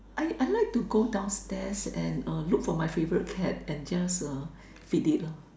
I I like to go downstairs and uh look for my favourite cat and just uh feed it uh